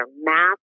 math